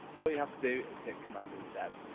all you have to do is hit command and z.